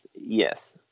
Yes